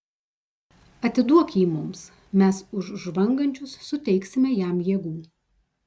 atiduok jį mums mes už žvangančius suteiksime jam jėgų